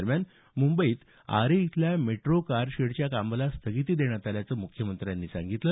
दरम्यान मुंबईत आरे इथल्या मेट्रो कारशेडच्या कामाला स्थगिती देण्यात आल्याचं मुख्यमंत्र्यांनी सांगितलं